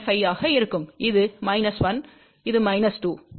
5 ஆக இருக்கும் இது 1 இது 2